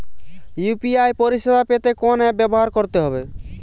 UPI পরিসেবা পেতে কোন অ্যাপ ব্যবহার করতে হবে?